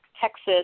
Texas